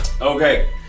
Okay